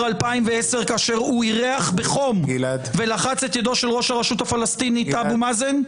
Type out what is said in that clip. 2010 כאשר אירח בחום ולחץ את ידו של ראש הרשות הפלסטינית אבו מאזן?